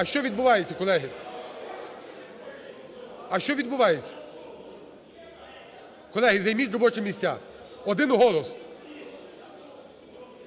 А що відбувається, колеги? А що відбувається? Колеги, займіть робочі місця. Один голос,